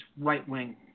right-wing